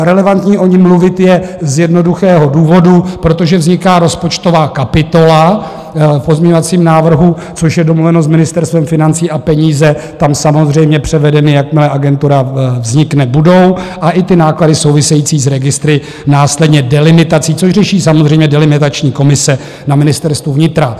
Relevantní o ní mluvit je z jednoduchého důvodu, protože vzniká rozpočtová kapitola v pozměňovacím návrhu, což je domluveno s Ministerstvem financí, a peníze tam samozřejmě převedeny, jakmile agentura vznikne, budou, a i náklady související s registry následně delimitací, což řeší samozřejmě delimitační komise na Ministerstvu vnitra.